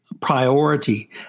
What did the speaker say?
priority